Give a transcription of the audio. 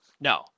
No